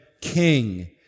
king